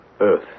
earth